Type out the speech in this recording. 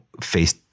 face